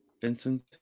Vincent